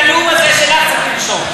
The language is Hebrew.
את הנאום הזה שלך צריך לרשום.